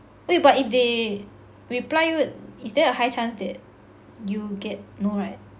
wait but if they reply you is there a high chance that you get no right